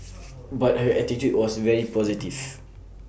but her attitude was very positive